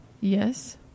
Yes